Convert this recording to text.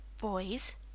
boys